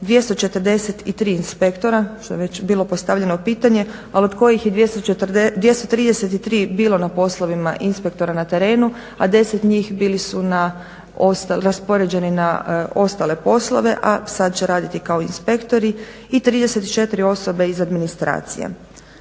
243 inspektora što je već bilo postavljeno pitanje, ali od kojih je 233 bilo na poslovima inspektora na terenu, a 10 njih bili su raspoređeni na ostale poslove, a sad će raditi kao inspektori i 34 osobe iz administracije.